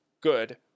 good